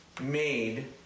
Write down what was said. Made